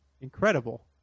incredible